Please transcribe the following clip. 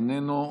איננו.